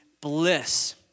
bliss